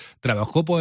trabajó